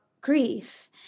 grief